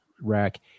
rack